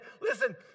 listen